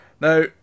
Now